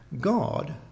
God